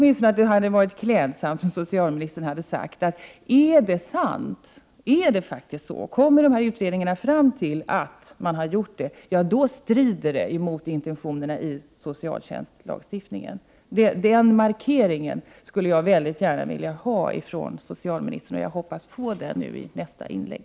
Det hade varit klädsamt om socialministern sagt: Är detta sant, och utredningarna kommer fram till att man krävt detta, då strider det mot intentionerna i socialtjänstlagstiftningen. Jag skulle mycket gärna vilja få den markeringen från socialministern, och jag hoppas att jag får den i socialministerns nästa inlägg.